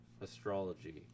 astrology